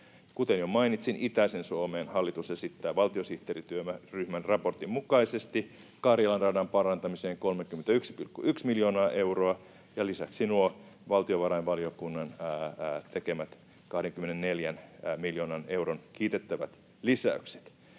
Kuten jo mainitsin, itäiseen Suomeen hallitus esittää valtiosihteerityöryhmän raportin mukaisesti Karjalan radan parantamiseen 31,1 miljoonaa euroa ja lisäksi nuo valtiovarainvaliokunnan tekemät 24 miljoonan euron kiitettävät lisäykset.